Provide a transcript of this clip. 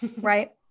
Right